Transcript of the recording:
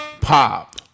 pop